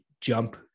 jump